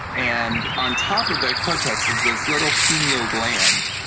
and on top of their cortex is this little penial gland.